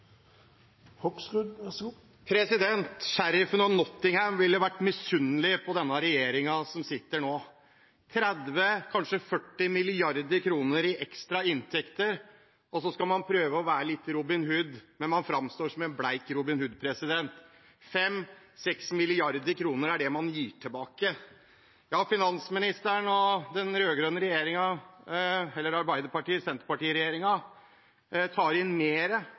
ville ha vært misunnelig på den regjeringen som sitter nå. Man har 30 mrd. kr, kanskje 40 mrd. kr, i ekstra inntekter, og så skal man prøve å være litt Robin Hood. Men man framstår som en blek Robin Hood – 5–6 mrd. kr er det man gir tilbake. Finansministeren og